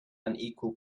unequal